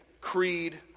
creed